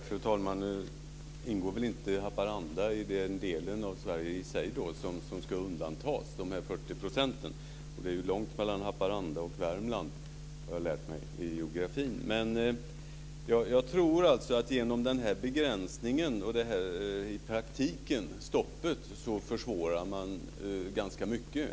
Fru talman! Nu ingår väl inte Haparanda i den del av Sverige som ska undantas - i de 40 procenten. Det är långt mellan Haparanda och Värmland har jag lärt mig i geografin. Jag tror att man genom en begränsning och i praktiken ett stopp försvårar ganska mycket.